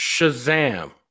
Shazam